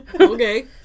okay